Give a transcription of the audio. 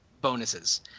bonuses